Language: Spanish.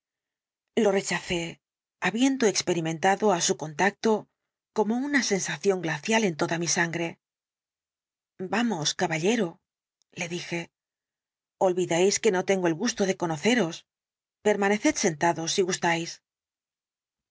lo rechacé habiendo experimentado á su contacto como una sensación glacial en toda mi sangre vamos caballero le dije olvidáis que no tengo el gusto de conoceros permaneced sentado si gustáis